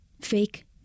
fake